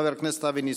חבר הכנסת אבי ניסנקורן.